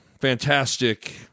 fantastic